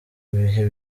bihe